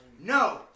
No